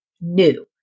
new